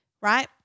Right